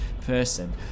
person